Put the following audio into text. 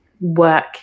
work